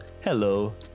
hello